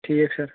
ٹھیٖک سر